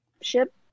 ship